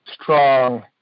strong